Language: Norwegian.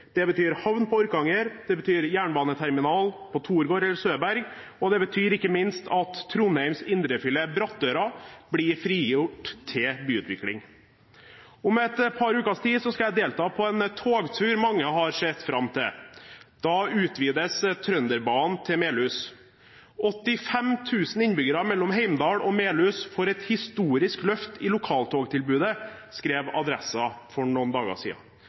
Det betyr havn på Orkanger, det betyr jernbaneterminal på Torgård eller Søberg, og det betyr, ikke minst, at Trondheims indrefilet Brattøra blir frigjort til byutvikling. Om et par ukes tid skal jeg delta på en togtur som mange har sett fram til. Da utvides Trønderbanen til Melhus. «85 000 innbyggere mellom Heimdal og Melhus får et historisk løft i lokaltogtilbudet», skrev Adressa for noen dager